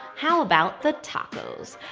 how about the tacos.